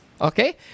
Okay